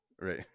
right